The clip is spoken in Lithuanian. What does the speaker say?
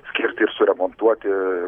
skirti ir suremontuoti